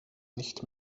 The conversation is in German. nicht